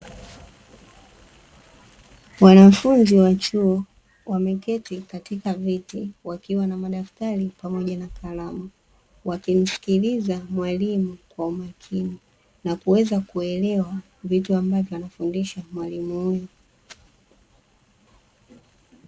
Wanafunzi wa chuo wameketi katika viti wakiwa na madaftari pamoja na kalamu, wakimsikiliza mwalimu kwa umakini na kuweza kuelewa vitu ambavyo anafundisha mwalimu huyo.